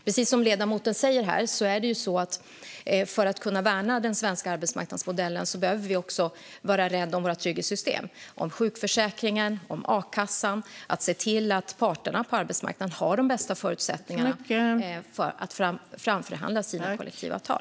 Precis som ledamoten säger behöver vi för att kunna värna den svenska arbetsmarknadsmodellen vara rädda om våra trygghetssystem - sjukförsäkringen och a-kassan - och se till att parterna på arbetsmarknaden har de bästa förutsättningarna för att förhandla fram sina kollektivavtal.